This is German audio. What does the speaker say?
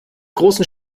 großen